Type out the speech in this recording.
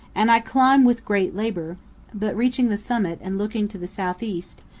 and i climb with great labor but, reaching the summit and looking to the southeast,